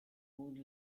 would